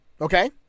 Okay